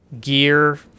gear